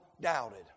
doubted